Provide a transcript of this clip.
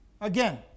Again